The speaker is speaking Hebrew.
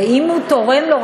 ואם הוא תורם לו,